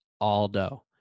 Aldo